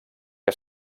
que